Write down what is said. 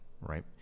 right